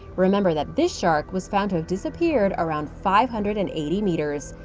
remember that this shark, was found to have disappeared around five hundred and eighty meters.